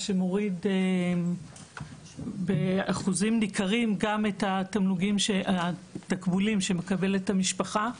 מה שמוריד באחוזים ניכרים גם את התקבולים שהמשפחה מקבלת.